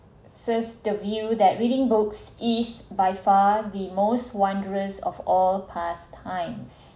says the view that reading books is by far the most wanderers of all past times